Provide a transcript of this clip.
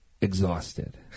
exhausted